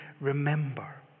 remember